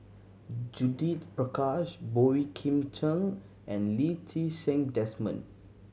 Judith Prakash Boey Kim Cheng and Lee Ti Seng Desmond